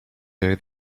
day